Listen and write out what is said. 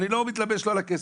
אני לא "מתלבש לו" על הכסף.